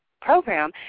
program